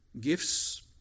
gifts